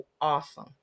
awesome